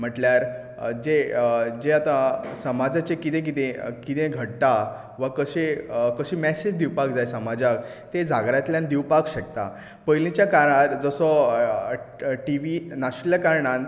म्हणल्यार जे जे आतां समाजाचें कितें घडटा वा कशे कशी मेसेज दिवपाक जाय समाजाक ते जागरांतल्यान दिवपाक शकता पयलींच्या काळार जसो टी वी नाशिल्या कारणान